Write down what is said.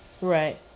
right